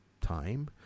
time